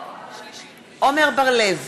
עמר בר-לב,